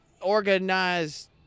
organized